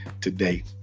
today